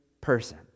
person